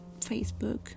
Facebook